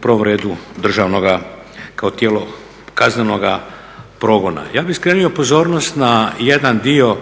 prvom redu državnoga, kao tijelo kaznenoga progona. Ja bih skrenuo pozornost na jedan dio